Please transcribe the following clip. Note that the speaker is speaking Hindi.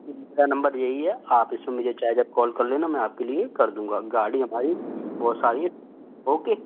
मेरा नंबर यही है आप इस पर मुझे चाहे जब कॉल कर लेना मैं आपके लिए कर दूँगा गाड़ी हमारी बहुत सारी हैं ओके